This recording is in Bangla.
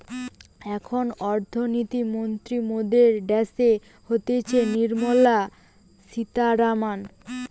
এখন অর্থনীতি মন্ত্রী মরদের ড্যাসে হতিছে নির্মলা সীতারামান